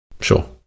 Sure